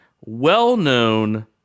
well-known